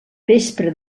vespra